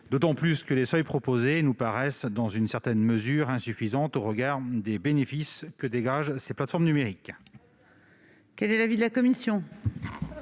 d'autant que les seuils proposés nous paraissent relativement insuffisants au regard des bénéfices que dégagent ces plateformes numériques.